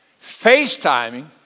FaceTiming